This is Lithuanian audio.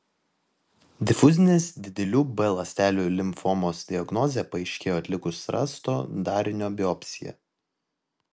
difuzinės didelių b ląstelių limfomos diagnozė paaiškėjo atlikus rasto darinio biopsiją